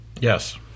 Yes